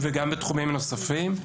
וגם בתחומים נוספים.